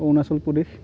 Arunachal Pradesh